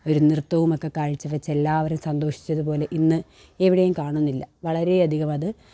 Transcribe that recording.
ഒരു നൃത്തവും ഒക്കെ കാഴ്ചവച്ച് എല്ലാവരും സന്തോഷിച്ചത് പോലെ ഇന്ന് എവിടെയും കാണുന്നില്ല വളരെയധികം അത്